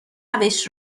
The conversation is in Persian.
روش